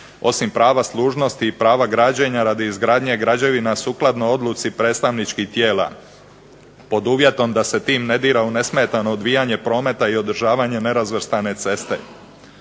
osim prava služnosti i prava građenja radi izgradnje građevina sukladno odluci predstavničkih tijela pod uvjetom da se tim ne dira u nesmetano odvijanje prometa i održavanje nerazvrstane ceste.